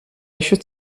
should